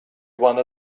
one